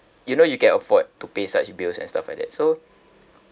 you know you can afford to pay such bills and stuff like that so